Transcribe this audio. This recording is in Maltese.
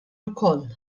wkoll